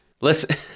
listen